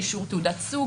אישור תעודת סוג,